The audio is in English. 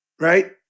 Right